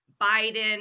Biden